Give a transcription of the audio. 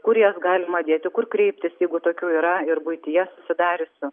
kur jas galima dėti kur kreiptis jeigu tokių yra ir buityje susidariusių